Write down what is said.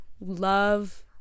Love